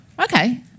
Okay